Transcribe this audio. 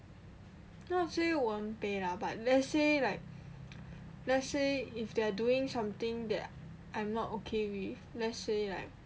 not say won't pay lah but let's say like let's say they're doing something that I'm not okay with let's say like